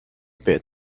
pit